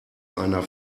einer